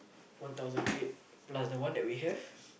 one thousand eight plus the one that we have